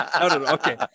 Okay